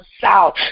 south